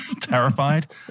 terrified